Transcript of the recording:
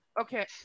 okay